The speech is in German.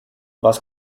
was